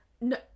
no